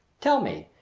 tell me,